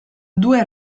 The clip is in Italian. due